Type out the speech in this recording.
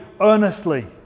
earnestly